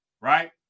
right